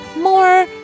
more